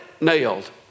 nailed